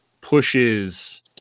pushes